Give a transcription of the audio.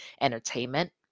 entertainment